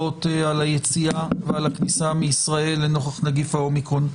על היציאה ועל הכניסה מישראל לנוכח נגיף האומיקרון.